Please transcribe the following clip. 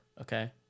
okay